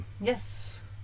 Yes